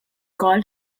call